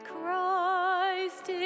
Christ